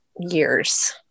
years